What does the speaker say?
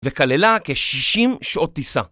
וכללה כ-60 שעות טיסה.